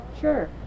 Sure